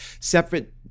separate